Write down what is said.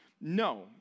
No